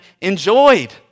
enjoyed